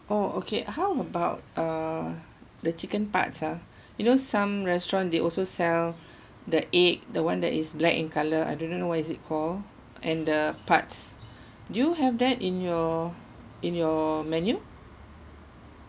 oh okay how about uh the chicken parts ah you know some restaurant they also sell the egg the one that is black in colour I don't know what is it call and the parts do you have that in your in your menu